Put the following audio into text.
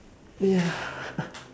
ya